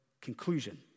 conclusion